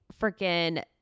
freaking